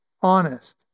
honest